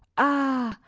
ah!